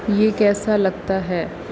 یہ کیسا لگتا ہے